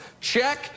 check